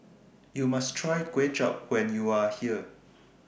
YOU must Try Kuay Chap when YOU Are here